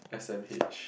S_M_H